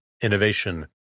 Innovation